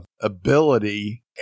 ability